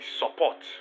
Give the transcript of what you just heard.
support